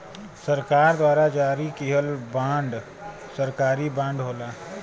सरकार द्वारा जारी किहल बांड सरकारी बांड होला